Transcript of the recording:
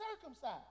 circumcised